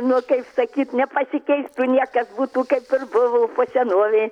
nu taip sakyt nepasikeistų niekas būtų kaip ir buvo po senovei